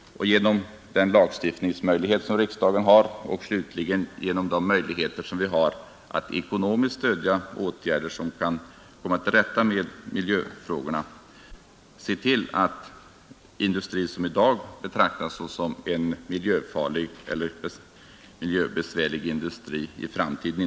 Riksdagen har också en lagstiftningsmöjlighet, och slutligen har vi möjligheter att ekonomiskt stödja åtgärder för att komma till rätta med miljöfrågorna. Därigenom kan vi se till att industri som i dag betraktas såsom miljöfarlig inte behöver vara det i framtiden.